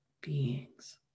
beings